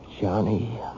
Johnny